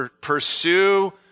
Pursue